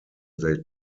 they